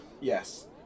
Yes